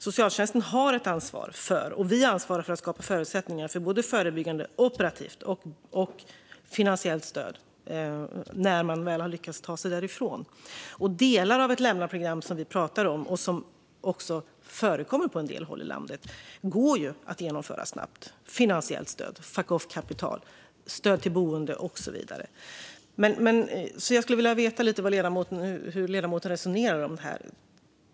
Socialtjänsten har ett ansvar för, och vi har ansvar för att skapa förutsättningar för, både förebyggande arbete, operativt arbete och finansiellt stöd när kvinnan väl lyckas ta sig därifrån. Delar av lämnaprogram, och som förekommer på en del håll i landet, kan genomföras snabbt i form av finansiellt stöd, fuck off-kapital, stöd till boende och så vidare. Jag skulle vilja veta hur ledamoten resonerar.